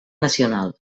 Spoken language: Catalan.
nacional